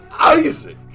Isaac